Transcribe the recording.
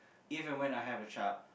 if and when I have a child